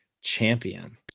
champion